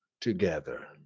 together